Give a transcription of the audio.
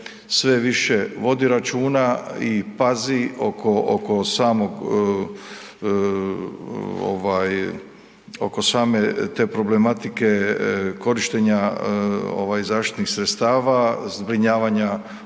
sve više vodi računa i pazi oko samog ovaj oko same te problematike korištenja ovaj zaštitnih sredstava, zbrinjavanja